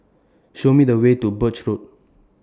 Show Me The Way to Birch Road